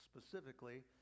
specifically